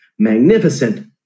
magnificent